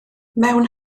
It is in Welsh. mewn